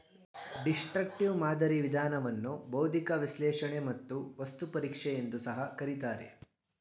destructive ಮಾದರಿ ವಿಧಾನವನ್ನು ಬೌದ್ಧಿಕ ವಿಶ್ಲೇಷಣೆ ಮತ್ತು ವಸ್ತು ಪರೀಕ್ಷೆ ಎಂದು ಸಹ ಕರಿತಾರೆ